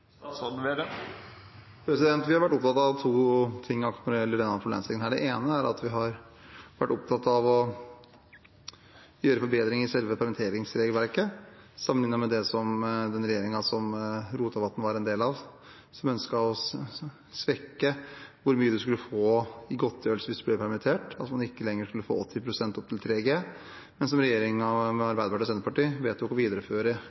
Vi har vært opptatt av to ting når det gjelder akkurat denne problemstillingen. Det ene er at vi har vært opptatt av å gjøre forbedringer i selve permitteringsregelverket sammenlignet med det som den regjeringen som Rotevatn var en del av, gjorde, og som ønsket å svekke hvor mye en skulle få i godtgjørelse hvis en ble permittert – at en ikke lenger skulle få 80 pst. opp til 3G – men som regjeringen med Arbeiderpartiet og Senterpartiet vedtok å videreføre